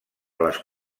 les